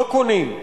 לא קונים.